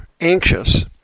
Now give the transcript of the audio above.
anxious